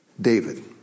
David